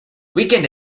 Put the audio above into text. weekend